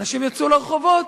אנשים יצאו לרחובות,